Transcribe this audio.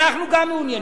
גם אנחנו מעוניינים.